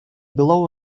below